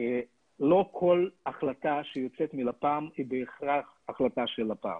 לא כל החלטה שיוצאת מלפ"מ היא בהכרח החלטה של לפ"מ.